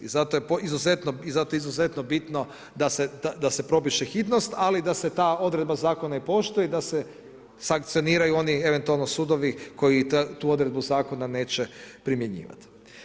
I zato je izuzetno bitno da se propiše hitnost, ali i da se ta odredba zakona i poštuje i da se sankcioniraju oni eventualno sudovi koji tu odredbu zakona neće primjenjivati.